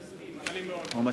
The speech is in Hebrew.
אני מסכים.